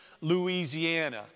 Louisiana